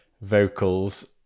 vocals